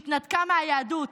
שהתנתקה מהיהדות,